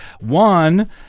One